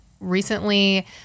recently